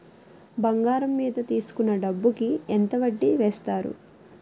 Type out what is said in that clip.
బంగారం మీద తీసుకున్న డబ్బు కి ఎంత వడ్డీ వేస్తారు?